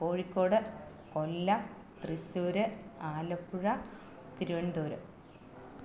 Kozhikode Kollam Thrissur Alappuzha Thiruvananthapuram